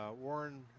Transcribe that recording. Warren